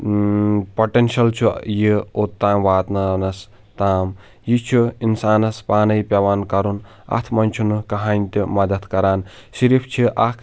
potential چُھ یہِ اوٚتام واتناونَس تام یہِ چھُ انسانَس پانے پٮ۪وان کَرُن اَتھ منٛز چھنہٕ کٕہٕنٛۍ تہٕ مدد کَران صِرِف چھِ اکھ